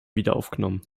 wiederaufgenommen